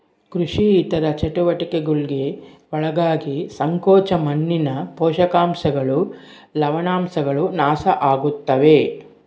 ಕೃಷಿ ಇತರ ಚಟುವಟಿಕೆಗುಳ್ಗೆ ಒಳಗಾಗಿ ಸಂಕೋಚ ಮಣ್ಣಿನ ಪೋಷಕಾಂಶಗಳು ಲವಣಾಂಶಗಳು ನಾಶ ಆಗುತ್ತವೆ